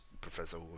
Professor